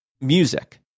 music